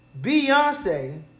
Beyonce